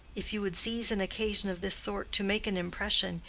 if you would seize an occasion of this sort to make an impression,